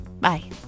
bye